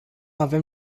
avem